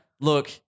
look